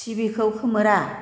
टिबिखौ खोमोरा